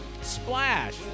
Splash